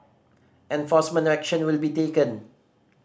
enforcement action will be taken